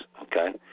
okay